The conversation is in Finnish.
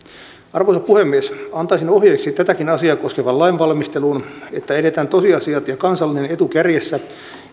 arvoisa puhemies antaisin ohjeeksi tätäkin asiaa koskevaan lainvalmisteluun että edetään tosiasiat ja kansallinen etu kärjessä